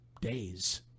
days